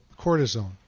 cortisone